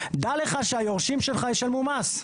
דע לך שהיורשים שלך ישלמו מס.